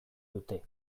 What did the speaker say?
dute